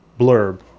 blurb